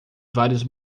vários